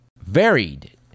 varied